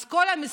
אז כל השרים,